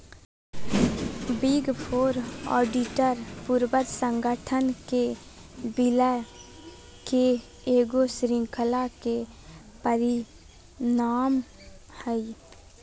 big four auditor पूर्वज संगठन के विलय के ईगो श्रृंखला के परिणाम हइ